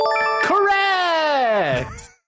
Correct